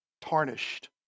tarnished